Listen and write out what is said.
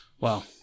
Wow